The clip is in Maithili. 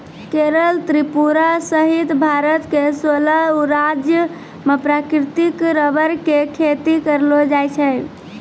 केरल त्रिपुरा सहित भारत के सोलह राज्य मॅ प्राकृतिक रबर के खेती करलो जाय छै